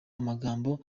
amagambo